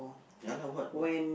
ya lah what what